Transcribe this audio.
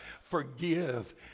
Forgive